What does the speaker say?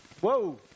Whoa